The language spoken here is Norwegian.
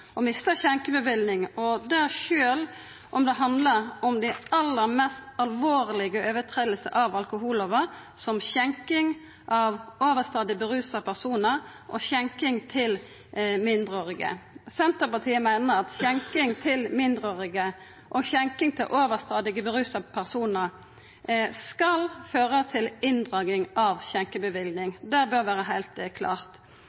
å mista skjenkebevillinga – og det sjølv om det handlar om dei aller mest alvorlege brota på alkohollova, som skjenking av overstadig rusa personar og skjenking til mindreårige. Senterpartiet meiner at skjenking til mindreårige og skjenking til overstadig rusa personar skal føra til inndraging av skjenkebevillinga – det bør vera heilt klart.